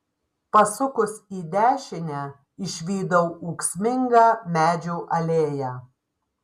pasukus į dešinę išvydau ūksmingą medžių alėją